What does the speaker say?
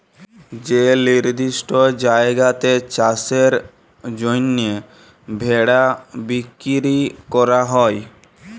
যে লিরদিষ্ট জায়গাতে চাষের জ্যনহে ভেড়া বিক্কিরি ক্যরা হ্যয়